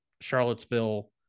Charlottesville